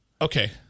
Okay